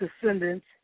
descendants